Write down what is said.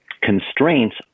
constraints